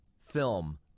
Film